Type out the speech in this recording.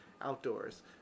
outdoors